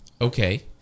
Okay